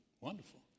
wonderful